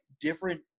different